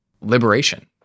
liberation